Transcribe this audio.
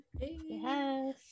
yes